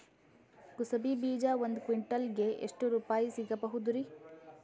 ಕುಸಬಿ ಬೀಜ ಒಂದ್ ಕ್ವಿಂಟಾಲ್ ಗೆ ಎಷ್ಟುರುಪಾಯಿ ಸಿಗಬಹುದುರೀ?